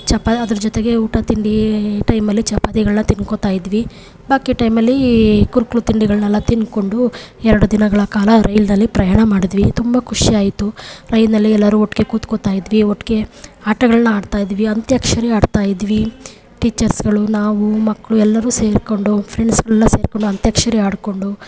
ಚಪಾ ಅದರ ಜೊತೆಗೆ ಊಟ ತಿಂಡಿ ಟೈಮಲ್ಲಿ ಚಪಾತಿಗಳನ್ನ ತಿಂದ್ಕೊಳ್ತಾ ಇದ್ವಿ ಬಾಕಿ ಟೈಮಲ್ಲಿ ಕುರುಕಲು ತಿಂಡಿಗಳನ್ನೆಲ್ಲ ತಿಂದ್ಕೊಂಡು ಎರಡು ದಿನಗಳ ಕಾಲ ರೈಲಿನಲ್ಲಿ ಪ್ರಯಾಣ ಮಾಡಿದ್ವಿ ತುಂಬ ಖುಷಿಯಾಯಿತು ಟ್ರೈನಲ್ಲಿ ಎಲ್ಲರೂ ಒಟ್ಟಿಗೆ ಕೂತ್ಕೊಳ್ತಾ ಇದ್ವಿ ಒಟ್ಟಿಗೆ ಆಟಗಳನ್ನ ಆಡ್ತಾಯಿದ್ವಿ ಅಂತ್ಯಾಕ್ಷರಿ ಆಡ್ತಾಯಿದ್ವಿ ಟೀಚರ್ಸ್ಗಳು ನಾವು ಮಕ್ಕಳು ಎಲ್ಲರೂ ಸೇರಿಕೊಂಡು ಫ್ರೆಂಡ್ಸ್ಗಳೆಲ್ಲ ಸೇರಿಕೊಂಡು ಅಂತ್ಯಾಕ್ಷರಿ ಆಡಿಕೊಂಡು